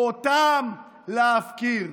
אותם להפקיר?